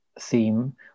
theme